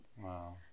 wow